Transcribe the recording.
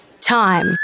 Time